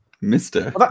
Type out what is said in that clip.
mister